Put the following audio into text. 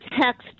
text